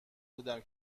بودم